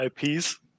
IPs